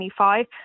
2025